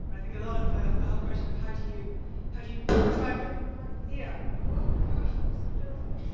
think a lot of the whole question of how do you how do you try and get yeah oh my gosh that was so terrifying.